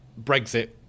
Brexit